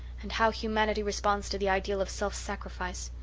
and how humanity responds to the ideal of self-sacrifice.